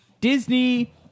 Disney